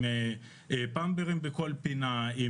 עם במפרים בכל פינה.